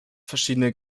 verschiedene